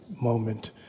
moment